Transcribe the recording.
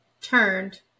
turned